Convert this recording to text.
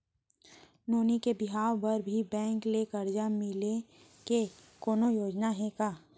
नोनी के बिहाव बर भी बैंक ले करजा मिले के कोनो योजना हे का?